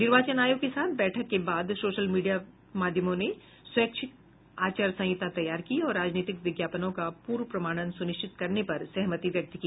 निर्वाचन आयोग के साथ बैठक के बाद सोशल मीडिया माध्यमों ने स्वैच्छिक आचार संहिता तैयार की और राजनीतिक विज्ञापनों का पूर्व प्रमाणन सुनिश्चित करने पर सहमति व्यक्त की